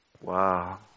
Wow